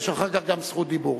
יש אחר כך גם רשות דיבור.